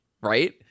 right